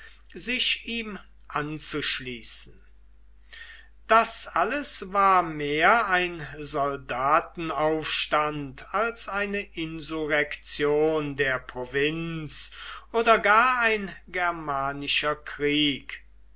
sich ihm anzuschließen das alles war mehr ein soldatenaufstand als eine insurrektion der provinz oder gar ein germanischer krieg